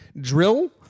drill